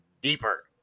deeper